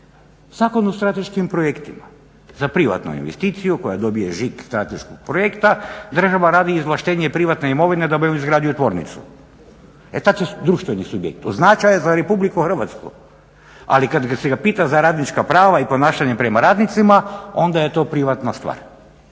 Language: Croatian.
zakovno strateškim projektima, za privatnu investiciju koja dobije žig strateškog projekta, država radi izvlaštenje privatne imovine da bi on izgradio tvornicu, e tad će društveni subjekt po značaju za RH, ali kada ga se pita za radnička prava i ponašanje prema radnicima, onda je to privatna stvar.